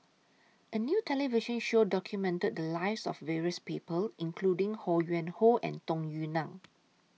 A New television Show documented The Lives of various People including Ho Yuen Hoe and Tung Yue Nang